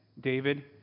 David